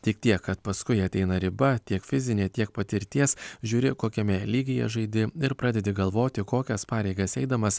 tik tiek kad paskui ateina riba tiek fizinė tiek patirties žiūri kokiame lygyje žaidi ir pradedi galvoti kokias pareigas eidamas